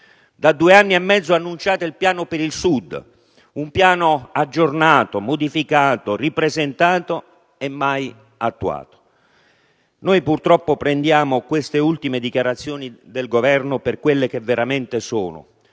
Da due anni e mezzo annunciate il piano per il Sud: un piano aggiornato, modificato, ripresentato e mai attuato. Prendiamo purtroppo queste ultime dichiarazioni del Governo per quello che veramente sono,